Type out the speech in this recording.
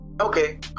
Okay